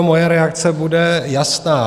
Moje reakce bude jasná.